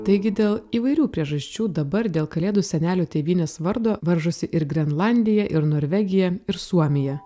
taigi dėl įvairių priežasčių dabar dėl kalėdų senelio tėvynės vardo varžosi ir grenlandija ir norvegija ir suomija